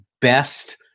best